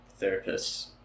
therapists